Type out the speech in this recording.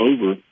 over